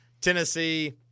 Tennessee